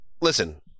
Listen